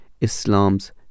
Islam's